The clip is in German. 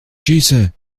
schieße